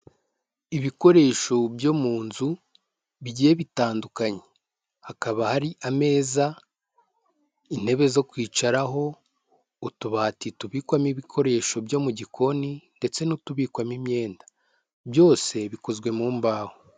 Ibikoresho byo mu nzu bigiye bitandukanye, hakaba hari ameza intebe zo kwicaraho, utubati tubikwamo ibikoresho byo mu gikoni ndetse n'utubikwamo imyenda, byose bikozwe mu mbaho.